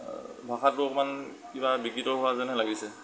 ভাষাটো অকণমান কিবা বিকৃত হোৱা যেনহে লাগিছে